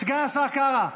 סגן השר קארה,